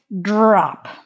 drop